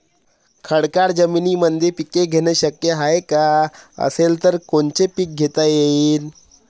खडकाळ जमीनीमंदी पिके घेणे शक्य हाये का? असेल तर कोनचे पीक घेता येईन?